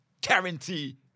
guarantee